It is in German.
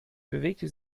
bewegte